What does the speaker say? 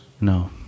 No